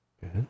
Good